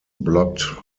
blocked